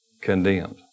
condemned